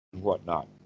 whatnot